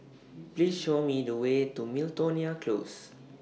Please Show Me The Way to Miltonia Close